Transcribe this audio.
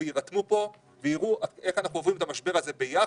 יירתמו ויראו איך אנחנו עוברים את המשבר הזה ביחד.